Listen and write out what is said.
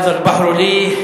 הַדַ'א אֵלְבַּחְרֻ לִי,